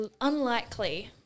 unlikely